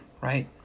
right